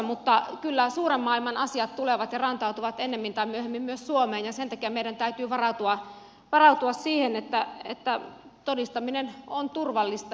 mutta kyllä suuren maailman asiat tulevat ja rantautuvat ennemmin tai myöhemmin myös suomeen ja sen takia meidän täytyy varautua siihen että todistaminen on turvallista